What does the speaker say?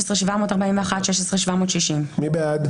16,461 עד 16,480. מי בעד?